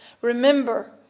remember